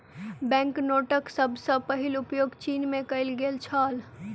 bank नोटक सभ सॅ पहिल उपयोग चीन में कएल गेल छल